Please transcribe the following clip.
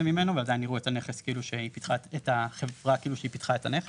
ממנו ועדיין יראו את החברה כאילו שהיא פיתחה את הנכס,